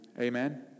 Amen